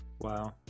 Wow